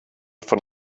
von